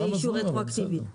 יהיה אישור רטרואקטיבי.